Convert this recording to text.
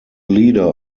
leader